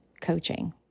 Coaching